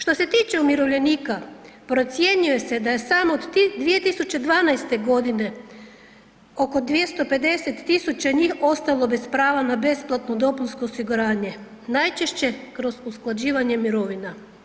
Što se tiče umirovljenika, procjenjuje se da je samo 2012.g. oko 250 000 njih ostalo bez prava na besplatno dopunsko osiguranje, najčešće kroz usklađivanje mirovina.